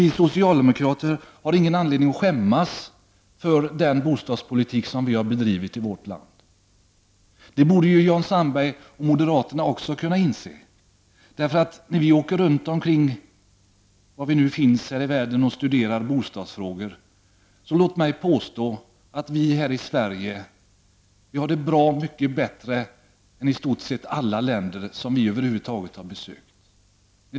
Vi socialdemokrater har ingen anledning att skämmas för den bostadspolitik som vi har bedrivit i vårt land. Det borde Jan Sandberg och moderaterna också kunna inse. Efter att ha åkt runt här i världen för att studera bostadsfrågor kan vi konstatera att vi här i Sverige har det bra mycket bättre än människor i i stort sett alla länder som vi över huvud taget har besökt.